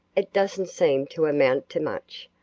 it doesn't seem to amount to much.